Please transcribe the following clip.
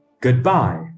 goodbye